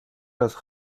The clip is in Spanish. las